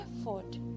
effort